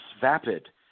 vapid